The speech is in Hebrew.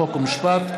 חוק ומשפט,